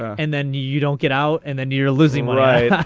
and then you you don't get out. and then you're losing what i.